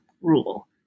rule